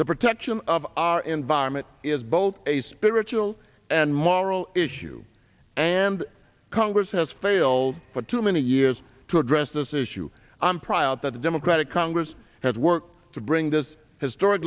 the protection of our environment is both a spiritual and moral issue and congress has failed for too many years to address this issue i'm proud that the democratic congress has worked to bring this historic